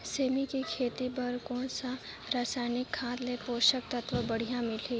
सेमी के खेती बार कोन सा रसायनिक खाद ले पोषक तत्व बढ़िया मिलही?